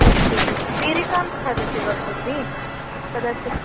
अस्तु जीरिकां खादति वा भवती कदाचित्